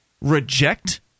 reject